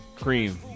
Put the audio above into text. Cream